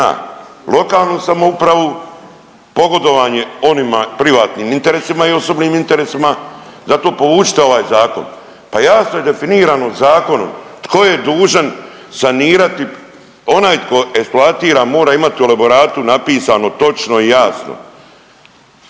lokalnu samoupravu, pogodovanje onima privatnim interesima i osobnim interesima. Zato povucite ovaj zakon. Pa jasno je definirano zakonom tko je dužan sanirati. Onaj tko eksploatira mora imati u elaboratu napisano točno i jasno